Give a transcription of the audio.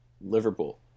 Liverpool